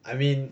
I mean